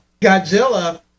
godzilla